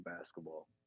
basketball